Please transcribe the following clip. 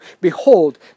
Behold